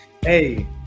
Hey